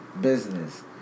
business